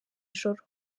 joro